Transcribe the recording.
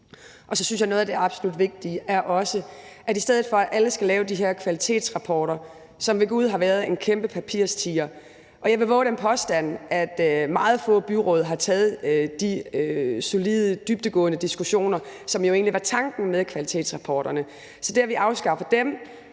Så synes jeg, at noget af det absolut vigtige også er, at alle ikke skal lave de her kvalitetsrapporter, som ved gud har været en kæmpe papirtiger, og jeg vil vove den påstand, at meget få byråd har taget de solide, dybdegående diskussioner, som jo egentlig var tanken med kvalitetsrapporterne. Så dem har vi afskaffet og